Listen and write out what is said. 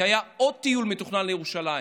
כי היה עוד טיול מתוכנן לירושלים.